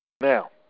Now